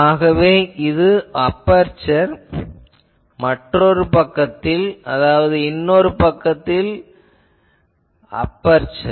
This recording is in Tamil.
ஆகவே இது ஒரு அபெர்சர் மற்றொரு பக்கத்தில் இன்னொரு அபெர்சர்